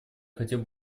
хотел